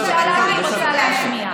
היא שאלה כי היא רוצה להשמיע.